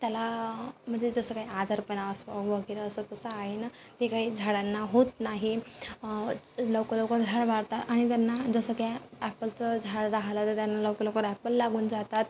त्याला म्हणजे जसं काय आजारपणा असं वगैरे असं तसं आहे ना ते काही झाडांना होत नाही लवकर लवकर झाड वाढतात आणि त्यांना जसं काय ॲपलचं झाड राहिलं तर त्यांना लवकर लवकर ॲपल लागून जातात